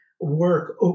work